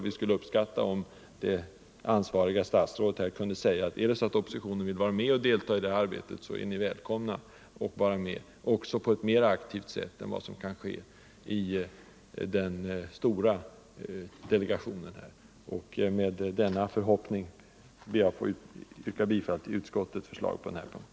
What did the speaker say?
Vi skulle uppskatta om det ansvariga statsrådet här kunde uttala, att företrädare för oppositionen som vill vara med och delta i Nr 130 detta arbete på ett mera aktivt sätt, än vad som kan ske i den stora Torsdagen den delegationen, är välkomna att göra detta. Med denna förhoppning ber 28 november 1974 jag att få yrka bifall till utskottets hemställan på denna punkt.